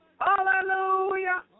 Hallelujah